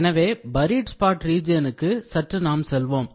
எனவே buried spot region க்கு சற்று நாம் செல்வோம்